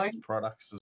products